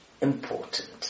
important